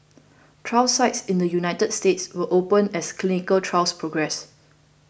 trial sites in the United States will open as clinical trials progress